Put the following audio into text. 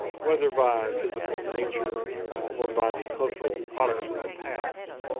whether by physical nature or by the cultural products of the past,